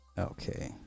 okay